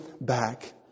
back